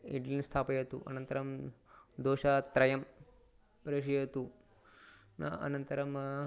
इड्ली स्थापयतु अनन्तरं दोशात्रयं प्रेषयतु न अनन्तरम्